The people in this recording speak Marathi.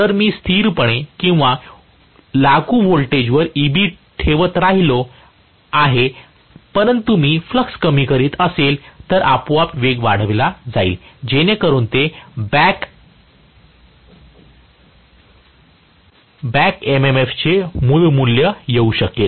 म्हणून जर मी स्थिरपणे किंवा लागू व्होल्टेजवर Eb ठेवत राहिलो आहे परंतु मी फ्लक्स कमी करीत असेल तर आपोआप वेग वाढला जाईल जेणेकरून ते बॅक ईएमएफचे मूळ मूल्य येऊ शकेल